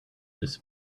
this